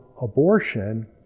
abortion